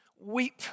weep